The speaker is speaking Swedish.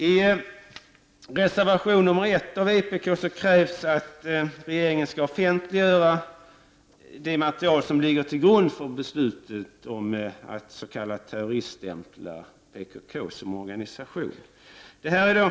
I reservation 1 från vpk krävs att regeringen skall offentliggöra det material som ligger till grund för beslutet om att terroriststämpla PKK som organisation.